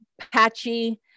patchy